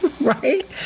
right